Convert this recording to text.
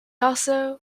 also